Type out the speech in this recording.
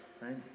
right